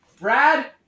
Brad